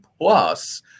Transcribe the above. plus